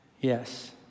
Yes